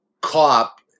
cop